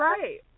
Right